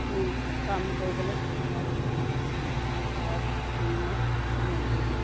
কাম কৰিবলৈ সুবিধা কৰি দিওঁ আৰু তাৰ বিনিময়ত কিছু মজুৰি দিওঁ